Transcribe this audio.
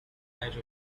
ramen